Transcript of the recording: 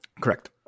Correct